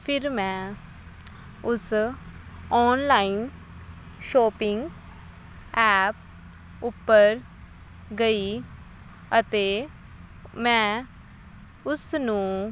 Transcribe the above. ਫਿਰ ਮੈਂ ਉਸ ਆਨਲਾਈਨ ਸ਼ੋਪਿੰਗ ਐਪ ਉੱਪਰ ਗਈ ਅਤੇ ਮੈਂ ਉਸ ਨੂੰ